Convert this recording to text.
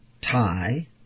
tie